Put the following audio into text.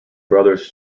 brothers